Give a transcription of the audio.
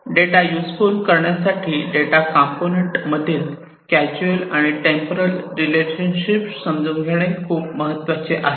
data useful करण्यासाठी data component मधील casual आणि टेम्परल रिलेशनशिप समजून घेणे खूप महत्वाचे आहे